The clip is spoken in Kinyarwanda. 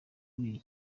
buri